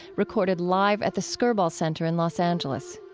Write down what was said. recorded live at the skirball center in los angeles.